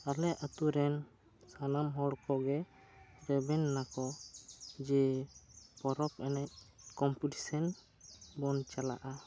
ᱟᱞᱮ ᱟᱛᱳ ᱨᱮᱱ ᱥᱟᱱᱟᱢ ᱦᱚᱲ ᱠᱚᱜᱮ ᱨᱮᱵᱮᱱ ᱱᱟᱠᱚ ᱡᱮ ᱯᱚᱨᱚᱵᱽ ᱮᱱᱮᱡ ᱠᱚᱢᱯᱤᱴᱤᱥᱟᱱ ᱵᱚᱱ ᱪᱟᱞᱟᱜᱼᱟ